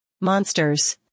monsters